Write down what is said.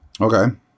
Okay